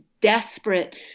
desperate